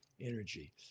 Energy